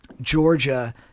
Georgia